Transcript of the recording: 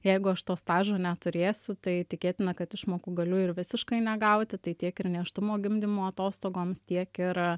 jeigu aš to stažo neturėsiu tai tikėtina kad išmokų galiu ir visiškai negauti tai tiek ir nėštumo gimdymo atostogoms tiek ir